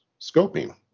scoping